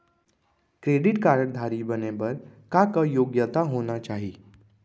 Credit card धारी बने बर का का योग्यता होना चाही?